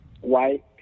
White